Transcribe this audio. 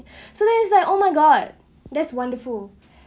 so then it's like oh my god that's wonderful